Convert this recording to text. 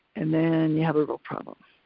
and then you have a real problem.